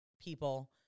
people